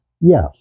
yes